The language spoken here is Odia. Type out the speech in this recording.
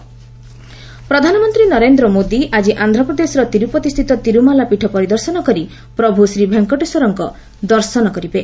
ପିଏମ୍ ଭିଜିଟ୍ ଆନ୍ଧ୍ର ପ୍ରଧାନମନ୍ତ୍ରୀ ନରେନ୍ଦ୍ର ମୋଦି ଆଜି ଆନ୍ଧ୍ରପ୍ରଦେଶର ତିରୁପତିସ୍ଥିତ ତିରୁମଲାପୀଠ ପରିଦର୍ଶନ କରି ପ୍ରଭୁ ଶ୍ରୀଭେଙ୍କଟେଶ୍ୱରଙ୍କ ଦର୍ଶନ କରିବେ